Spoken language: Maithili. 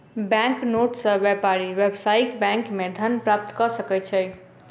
बैंक नोट सॅ व्यापारी व्यावसायिक बैंक मे धन प्राप्त कय सकै छै